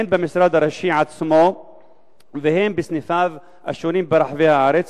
הן במשרד הראשי עצמו והן בסניפיו ברחבי הארץ,